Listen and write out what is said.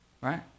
right